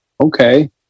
Okay